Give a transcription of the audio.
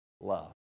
love